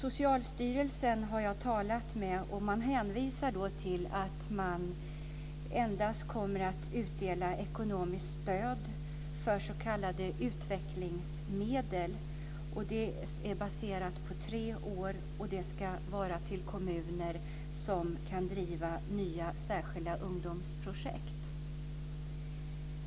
Jag har talat med Socialstyrelsen som hänvisar till att man kommer att utdela ekonomiskt stöd endast för s.k. utvecklingsmedel. Det är baserat på tre år och ska gå till kommuner som kan driva nya särskilda ungdomsprojekt.